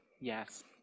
Yes